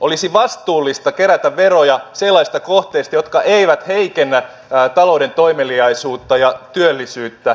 olisi vastuullista kerätä veroja sellaisista kohteista jotka eivät heikennä talouden toimeliaisuutta ja työllisyyttä